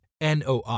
NOI